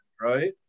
right